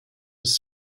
was